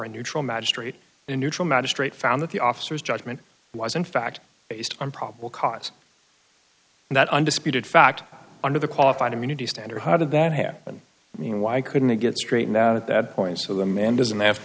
a neutral magistrate a neutral magistrate found that the officers judgment was in fact based on probable cause that undisputed fact under the qualified immunity standard how did that happen i mean why i couldn't get straightened out at that point so the man doesn't have to